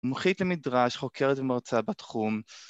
מומחית למדרש, חוקרת ומרצה בתחום.